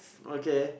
okay